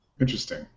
Interesting